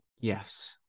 yes